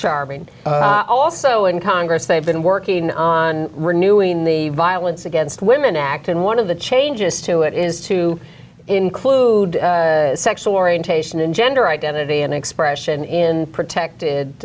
charming also in congress they've been working on renewing the violence against women act and one of the changes to it is to include sexual orientation and gender identity and expression in protected